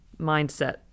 mindset